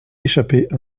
échapper